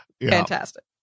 fantastic